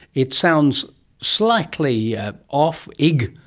it sounds slightly ah off, ig,